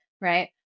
right